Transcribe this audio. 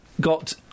got